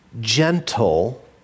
gentle